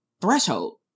threshold